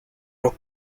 los